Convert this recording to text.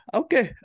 okay